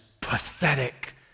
pathetic